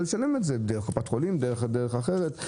לשלם עבור זה דרך קופת חולים או בדרך אחרת.